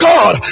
God